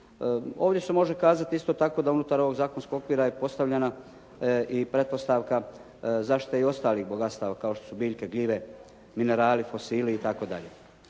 Ovdje se može kazati isto tako da unutar ovog zakonskog okvira je postavljena i pretpostavka zaštite i ostalih bogatstava kao što su biljke gljive, minerali, fosili i